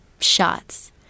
shots